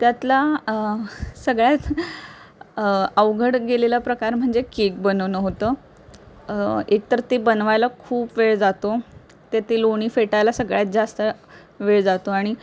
त्यातला सगळ्यात अवघड गेलेला प्रकार म्हणजे केक बनवणं होतं एक तर ते बनवायला खूप वेळ जातो ते ते लोणी फेटायला सगळ्यात जास्त वेळ जातो आणि